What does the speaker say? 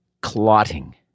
clotting